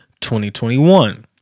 2021